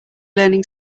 learning